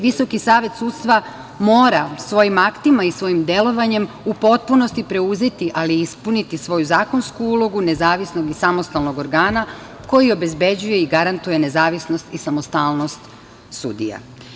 Visoki savet sudstva mora svojim aktima i svojim delovanjem u potpunosti preuzeti, ali i ispuniti svoju zakonsku ulogu nezavisnog i samostalnog organa koji obezbeđuje i garantuje nezavisnost i samostalnost sudija.